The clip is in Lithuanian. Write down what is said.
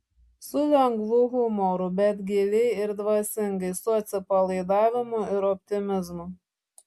su lengvu humoru bet giliai ir dvasingai su atsipalaidavimu ir optimizmu